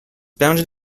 bounded